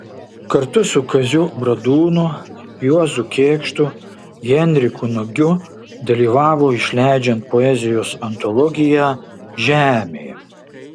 kartu su kaziu bradūnu juozu kėkštu henriku nagiu dalyvavo išleidžiant poezijos antologiją žemė